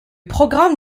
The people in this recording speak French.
programme